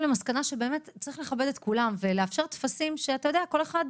למסקנה שצריך לכבד את כולם ולאפשר טפסים שכל אחד,